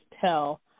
tell